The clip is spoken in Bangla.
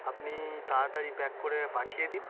আপনি তাড়াতাড়ি প্যাক করে পাঠিয়ে দিন